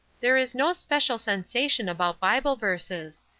there is no special sensation about bible verses.